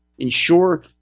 ensure